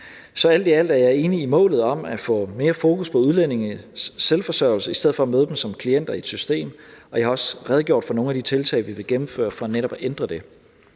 Så alt i alt er jeg enig i målet om at få mere fokus på udlændinges selvforsøgelse i stedet for at møde dem som klienter i et system, og jeg har også redegjort for nogle af de tiltag, vi vil gennemføre for netop at ændre det.